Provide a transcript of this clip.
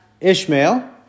Ishmael